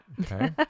okay